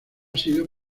sido